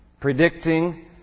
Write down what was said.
predicting